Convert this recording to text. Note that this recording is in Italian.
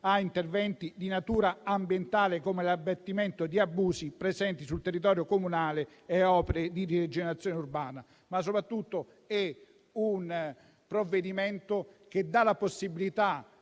a interventi di natura ambientale come l'abbattimento di abusi presenti sul territorio comunale e opere di rigenerazione urbana. Soprattutto, è un provvedimento che dà la possibilità